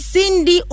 Cindy